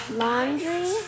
laundry